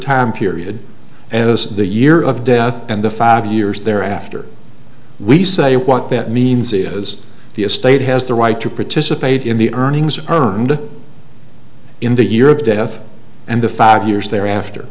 time period as the year of death and the five years thereafter we say what that means is the estate has the right to participate in the earnings earned in the year of death and the five years thereafter